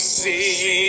see